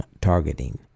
targeting